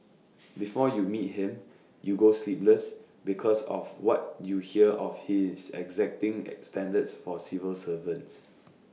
before you meet him you go sleepless because of what you hear of his exacting IT standards for civil servants